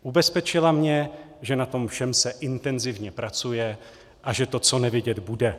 Ubezpečila mě, že na tom všem se intenzivně pracuje, a že to co nevidět bude.